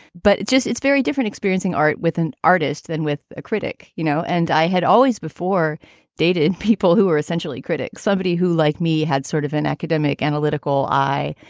but just it's very different experiencing art with an artist than with a critic. you know, and i had always before dated people who were essentially critic, somebody who like me had sort of an academic analytical eye,